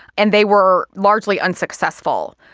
and they were largely unsuccessful.